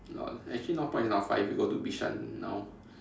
lol actually north point is not far if you go to Bishan now